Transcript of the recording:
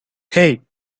hey